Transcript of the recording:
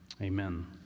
Amen